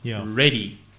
ready